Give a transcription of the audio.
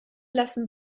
lassen